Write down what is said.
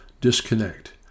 disconnect